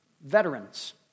veterans